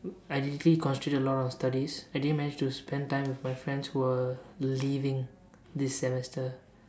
I usually concentrate a lot on studies I didn't manage to spend time with my friends who were leaving this semester